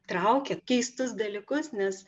traukia keistus dalykus nes